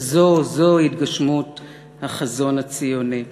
שזו-זו התגשמות החזון הציוני.